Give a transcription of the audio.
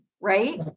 right